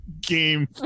game